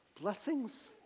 blessings